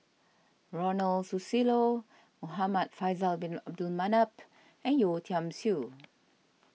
Ronald Susilo Muhamad Faisal Bin Abdul Manap and Yeo Tiam Siew